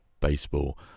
Baseball